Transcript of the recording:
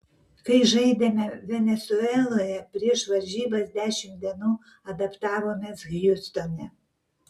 kai žaidėme venesueloje prieš varžybas dešimt dienų adaptavomės hjustone